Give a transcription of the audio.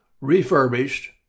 refurbished